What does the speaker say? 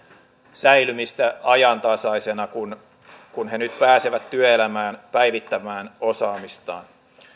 säilymistä ajantasaisena kun he nyt pääsevät työelämään päivittämään osaamistaan